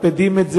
ומטרפדים את זה.